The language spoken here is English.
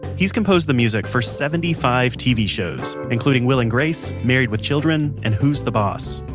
he's composed the music for seventy five tv shows, including will and grace, married with children and who's the boss.